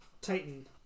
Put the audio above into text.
Titan